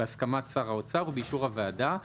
בהסכמת שר האוצר ובאישור הוועדה.